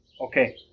okay